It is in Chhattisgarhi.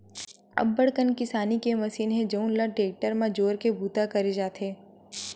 अब्बड़ कन किसानी के मसीन हे जउन ल टेक्टर म जोरके बूता करे जाथे